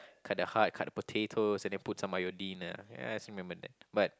cut the heart cut the potatoes and then put some iodine ya I still remember that but